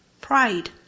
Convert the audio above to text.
pride